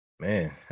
Man